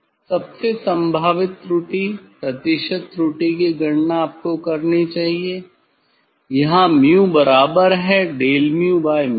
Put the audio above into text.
सबसे संभावित त्रुटि प्रतिशत त्रुटि की गणना आपको करनी चाहिए यहाँ '𝛍' बराबर है 𝛅𝛍𝛍 के